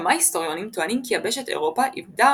כמה היסטוריונים טוענים כי יבשת אירופה איבדה